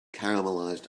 caramelized